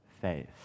faith